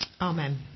Amen